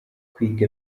kwiga